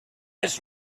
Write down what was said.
this